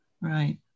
Right